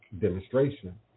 demonstration